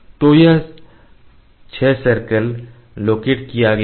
तो यह 6 circle locate किया गया है